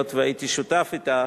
היות שהייתי שותף אתה,